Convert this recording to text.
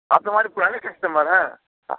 आप तो हमारे पुराने कस्टमर हैं